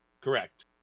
Correct